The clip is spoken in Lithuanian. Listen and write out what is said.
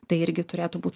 tai irgi turėtų būt